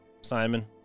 Simon